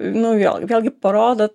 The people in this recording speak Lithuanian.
nu vėl vėlgi parodo